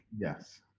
yes